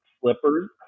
slippers